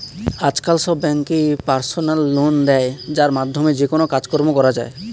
আজকাল সব ব্যাঙ্কই পার্সোনাল লোন দেয় যার মাধ্যমে যেকোনো কাজকর্ম করা যায়